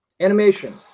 Animation